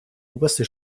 oberste